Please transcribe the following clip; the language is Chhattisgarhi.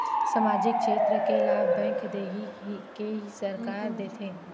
सामाजिक क्षेत्र के लाभ बैंक देही कि सरकार देथे?